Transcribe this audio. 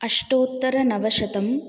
अष्टोत्तरनवशतम्